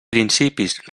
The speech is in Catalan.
principis